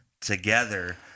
together